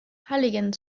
halligen